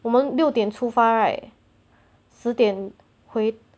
我们六点出发 right 十点回